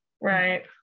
Right